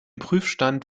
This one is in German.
prüfstand